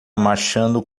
marchando